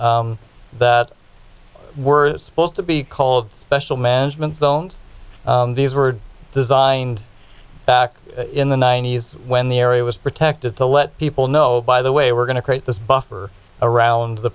that were supposed to be called special management zones these were designed back in the ninety's when the area was protected to let people know by the way we're going to create this buffer around the